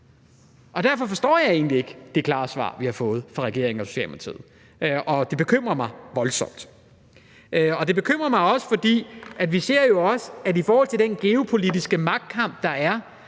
Derfor forstår jeg egentlig ikke det klare svar, vi har fået fra regeringen og Socialdemokratiet. Og det bekymrer mig voldsomt. Det bekymrer mig også, fordi vi jo i forhold til den geopolitiske magtkamp, der er,